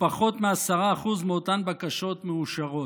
ופחות מ-10% מאותן בקשות מאושרות.